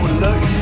look